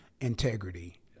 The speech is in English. integrity